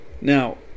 Now